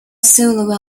solo